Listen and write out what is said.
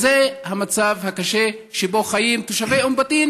זה המצב הקשה שבו חיים תושבי אום בטין